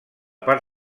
part